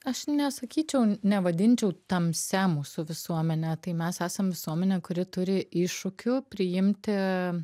aš nesakyčiau nevadinčiau tamsia mūsų visuomene tai mes esam visuomenė kuri turi iššūkių priimti